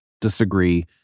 disagree